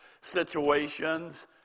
situations